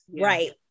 right